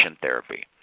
therapy